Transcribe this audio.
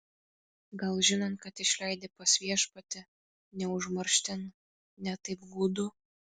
gal žinant kad išleidi pas viešpatį ne užmarštin ne taip gūdu